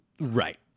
right